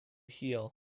here